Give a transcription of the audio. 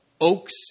oaks